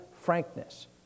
frankness